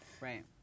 Right